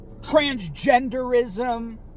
transgenderism